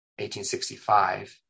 1865